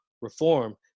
reform